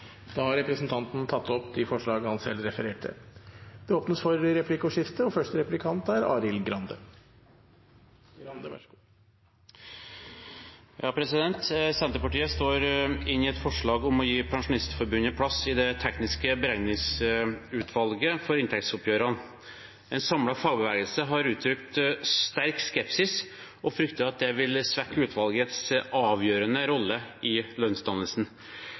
han refererte til. Det blir replikkordskifte. Senterpartiet står inne i et forslag om å gi Pensjonistforbundet plass i Teknisk beregningsutvalg for inntektsoppgjørene. En samlet fagbevegelse har uttrykt sterk skepsis og frykter at det vil svekke utvalgets avgjørende rolle i lønnsdannelsen.